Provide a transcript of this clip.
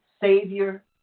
savior